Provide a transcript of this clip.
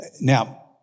Now